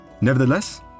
Nevertheless